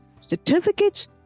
certificates